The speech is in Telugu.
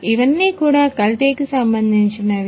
ఇవన్నీ కూడా కల్తీ కి సంబంధించినవి